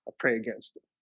ah pray against